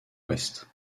ouest